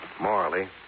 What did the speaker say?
morally